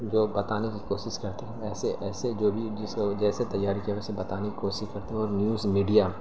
جو بتانے کی کوشش کرتے ہیں ایسے ایسے جو بھی جسے جیسے تیاری کیا ویسے بتانے کی کوشش کرتے ہیں اور نیوز میڈیا